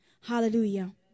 Hallelujah